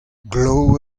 glav